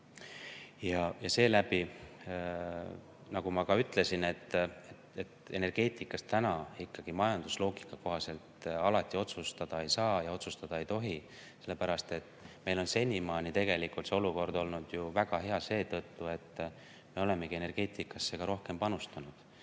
ma arvan. Ja nagu ma ka ütlesin, energeetikas ikkagi majandusloogika kohaselt alati otsustada ei saa ja otsustada ei tohi, sellepärast et meil on senimaani tegelikult see olukord olnud ju väga hea seetõttu, et me olemegi energeetikasse rohkem panustanud.